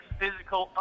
physical